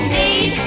need